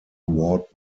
ward